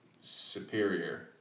Superior